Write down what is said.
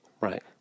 Right